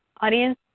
audience